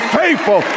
faithful